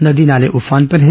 नदी नाले उफान पर हैं